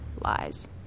lies